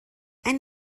and